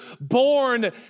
born